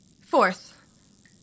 Fourth